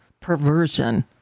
perversion